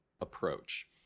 approach